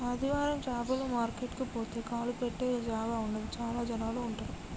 ఆదివారం చాపల మార్కెట్ కు పోతే కాలు పెట్టె జాగా ఉండదు చాల జనాలు ఉంటరు